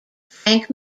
frank